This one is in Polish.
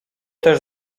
też